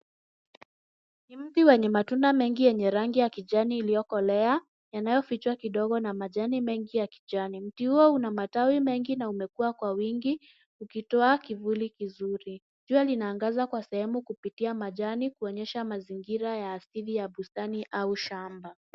Mti wenye matunda mengi yenye rangi ya kijani iliyokolea, yanayofichwa kidogo na majani mengi ya kijani. Mti huo una matawi mengi na umekuwa kwa wingi, ukitoa kivuli kizuri. Jua linaangaza kwa sehemu kupitia majani kuonyesha mazingira ya asili ya bustani au shamba.